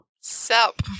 Sup